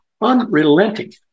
unrelenting